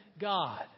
God